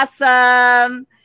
awesome